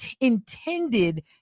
intended